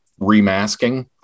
remasking